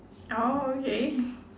orh okay